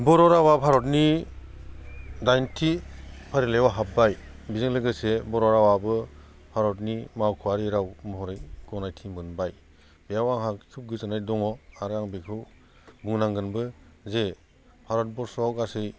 बर' रावा भारतनि दाइनथि फारिलायाव हाब्बाय बेजों लोगोसे बर' रावाबो भारतनि मावख'आरि राव महरै गनायथि मोनबाय बेयाव आंहा खोब गोजोननाय दङ आरो आं बेखौ बुंनांगोनबो जे भारत बरस'आव गासै